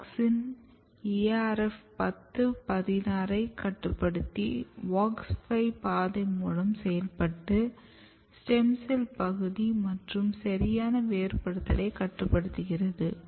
auxin ARF 10 16 ஐ கட்டுப்படுத்தி WOX 5 பாதை மூலம் செயல்பட்டு ஸ்டெம் செல் பகுதி மற்றும் சரியான வேறுபடுதலை கட்டுப்படுத்துகிறது